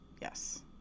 yes